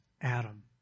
Adam